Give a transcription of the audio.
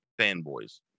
fanboys